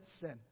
sin